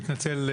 אני מתנצל,